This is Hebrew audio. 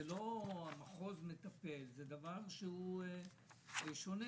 זה דבר שהוא שונה,